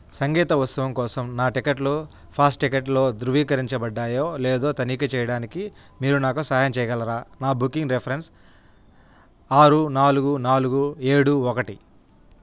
సంగీత ఉత్సవం కోసం నా టికెట్లు ఫాస్ టికెట్లు ధృవీకరించబడ్డాయో లేదో తనిఖీ చెయ్యడానికి మీరు నాకు సహాయం చెయ్యగలరా నా బుకింగ్ రిఫ్రెన్స్ ఆరు నాలుగు నాలుగు ఏడు ఒకటి